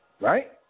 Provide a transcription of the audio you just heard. Right